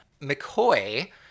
McCoy